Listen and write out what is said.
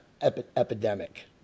epidemic